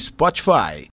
Spotify